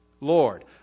Lord